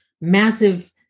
massive